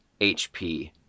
HP